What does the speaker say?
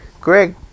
Greg